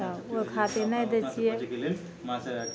तब ओहि खातिर नहि दै छियै